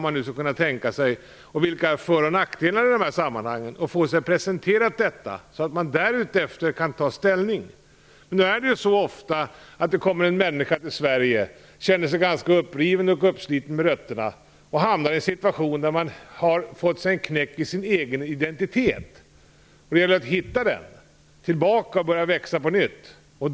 Man måste presentera alla för och nackdelar så att människor därefter kan ta ställning. Ofta när en människa kommer till Sverige är han eller hon ganska uppriven och uppsliten med rötterna. Man kan ha fått sig en knäck i ens egen identitet. Det gäller att hitta tillbaka och börja att växa på nytt.